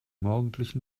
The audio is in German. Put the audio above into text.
morgendlichen